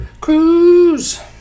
cruise